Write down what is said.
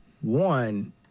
One